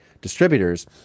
distributors